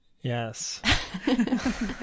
Yes